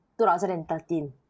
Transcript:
2013